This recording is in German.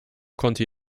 konnte